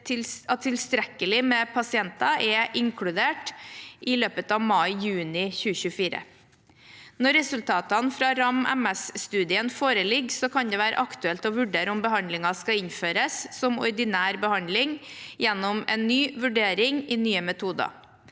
tilstrekkelig med pasienter er inkludert i løpet av mai/juni 2024. Når resultatene fra RAM-MS-studien foreligger, kan det være aktuelt å vurdere om behandlingen skal innføres som ordinær behandling, gjennom en ny vurdering i Nye metoder.